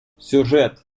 сюжет